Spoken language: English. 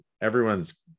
everyone's